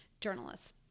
journalists